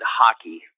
hockey